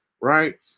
right